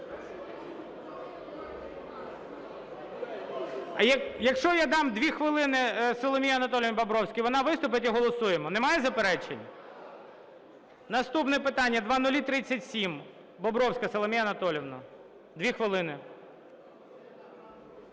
А якщо я дам 2 хвилини Соломії Анатоліївні Бобровській, вона виступить - і голосуємо, немає заперечень? Наступне питання 0037. Бобровська Соломія Анатоліївна. 2 хвилини.